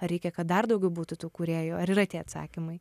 reikia kad dar daugiau būtų tų kūrėjų ar yra tie atsakymai